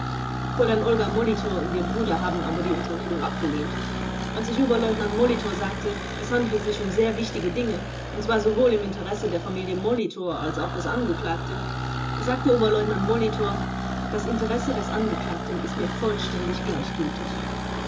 fräulein olga molitor und ihr bruder haben aber die unterredung abgelehnt als ich oberleutnant molitor sagte es handle sich um sehr wichtige dinge und zwar sowohl im interesse der familie molitor als auch des angeklagten sagte oberleutnant molitor das interesse des angeklagten ist mir vollständig gleichgültig